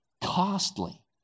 costly